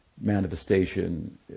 manifestation